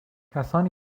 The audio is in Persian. کسانی